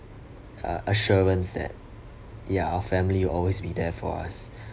uh assurance that ya our family will always be there for us